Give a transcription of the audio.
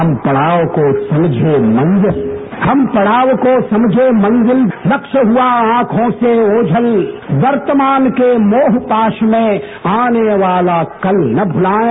हम पड़ाव को समझे मंजिल हम पड़ाव को समझे मंजिल लक्ष्य हुआ आंखों से ओझल वर्तमान के मोहपाश में आने वाला कल न भुलाएं